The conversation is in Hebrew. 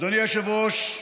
אדוני היושב-ראש,